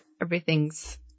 everything's